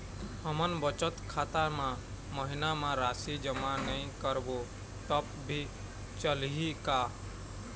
हमन बचत खाता मा महीना मा राशि जमा नई करबो तब भी चलही का?